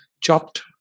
chopped